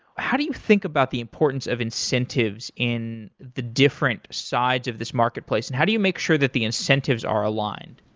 how do you think about the importance of incentives in the different sides of this marketplace and how do you make sure that the incentives are aligned?